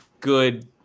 good